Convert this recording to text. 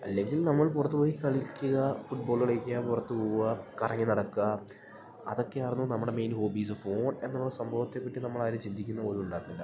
അല്ലെങ്കിൽ നമ്മൾ പൊറത്ത് പോയി കളിക്ക്ക ഫുട്ബോള് കളിക്കാ പൊറത്ത് പോവാ കറങ്ങി നടക്കാ അതൊക്കെയാർന്നു നമ്മുടെ മെയിൻ ഹോബീസ് ഫോൺ എന്നൊള്ള സംഭവത്തെപ്പറ്റി നമ്മളാരും ചിന്തിക്കുന്നു പോലും ഉണ്ടാർന്നില്ല